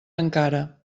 encara